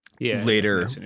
later